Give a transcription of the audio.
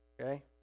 okay